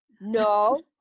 No